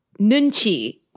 Nunchi